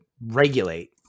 regulate